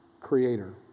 creator